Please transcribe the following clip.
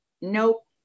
nope